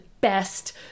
best